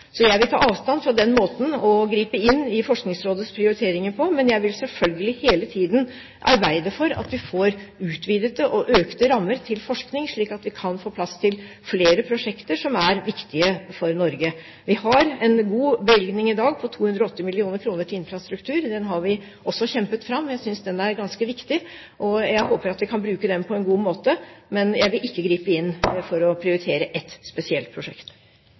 Jeg vil ta avstand fra den måten å gripe inn i Forskningsrådets prioriteringer på, men jeg vil selvfølgelig hele tiden arbeide for at vi får utvidete og økte rammer til forskning, slik at vi kan få plass til flere prosjekter som er viktige for Norge. Vi har i dag en god bevilgning på 280 mill. kr til infrastruktur. Den har vi også kjempet fram. Jeg synes den er ganske viktig, og jeg håper at vi kan bruke den på en god måte, men jeg vil ikke gripe inn for å prioritere ett spesielt prosjekt.